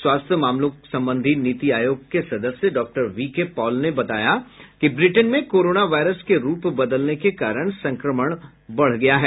स्वास्थ्य मामलों संबंधी नीति आयोग के सदस्य डॉक्टर वी के पॉल ने बताया कि ब्रिटेन में कोरोना वायरस के रूप बदलने के कारण संक्रमण बढ़ गया है